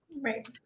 Right